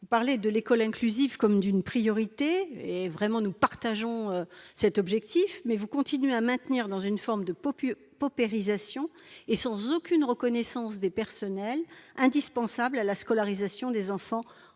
Vous parlez de l'école inclusive comme d'une priorité, et nous partageons vraiment cet objectif, mais vous continuez à maintenir dans une forme de paupérisme, sans aucune reconnaissance, le personnel indispensable à la scolarisation des enfants en